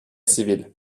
civile